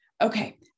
Okay